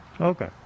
Okay